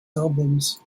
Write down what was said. albums